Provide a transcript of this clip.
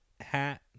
hat